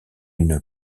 une